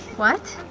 what?